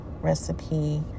recipe